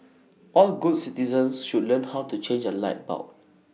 all good citizens should learn how to change A light bulb